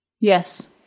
Yes